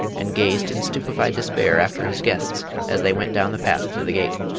and gazed in stupefied despair after his guests as they went down the path to the gate.